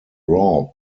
raw